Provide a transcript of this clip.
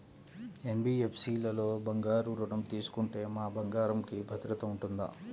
NBFC లలో బంగారు ఋణం తీసుకుంటే మా బంగారంకి భద్రత ఉంటుందా?